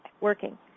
working